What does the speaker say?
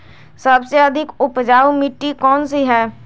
सबसे अधिक उपजाऊ मिट्टी कौन सी हैं?